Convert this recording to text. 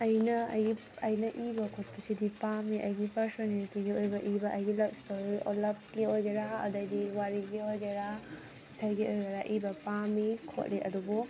ꯑꯩꯅ ꯑꯩꯒꯤ ꯑꯩꯅ ꯏꯕ ꯈꯣꯠꯄꯁꯤꯗꯤ ꯄꯥꯝꯃꯤ ꯑꯩꯒꯤ ꯄꯔꯁꯣꯅꯦꯜꯒꯤ ꯏꯕ ꯑꯩꯒꯤ ꯂꯕ ꯏꯁꯇꯣꯔꯤ ꯂꯕꯀꯤ ꯑꯣꯏꯒꯦꯔꯥ ꯑꯗꯩꯗꯤ ꯋꯥꯔꯤꯒꯤ ꯑꯣꯏꯒꯦꯔꯥ ꯏꯁꯩꯒꯤ ꯑꯣꯏꯒꯦꯔꯥ ꯏꯕ ꯄꯥꯝꯃꯤ ꯈꯣꯠꯂꯤ ꯑꯗꯨꯕꯨ